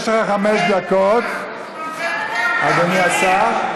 יש לך חמש דקות, אדוני השר.